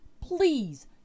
please